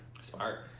Smart